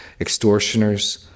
extortioners